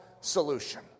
solution